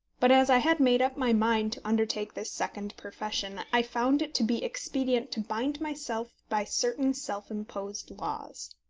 but as i had made up my mind to undertake this second profession, i found it to be expedient to bind myself by certain self-imposed laws.